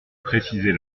préciser